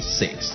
six